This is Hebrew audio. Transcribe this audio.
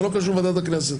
זה לא קשור לוועדת הכנסת.